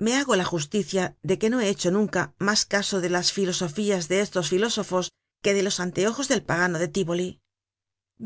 me hago la justicia de que no he hecho nunca mas caso de las filosofías de estos filósofos que de los anteojos del pagano de tívoli